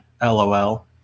lol